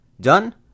Done